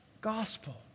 gospel